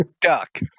duck